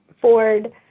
Ford